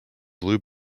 blue